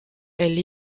elle